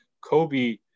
Kobe